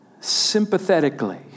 sympathetically